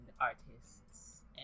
artists